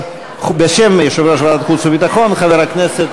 חבר הכנסת